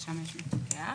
לשמש מפקח,